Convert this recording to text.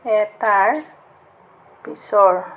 এটাৰ পিছৰ